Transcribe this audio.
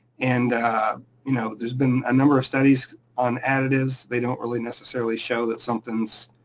and you know there's been a number of studies on additives, they don't really necessarily show that something's